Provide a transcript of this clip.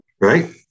Right